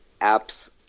apps